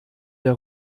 der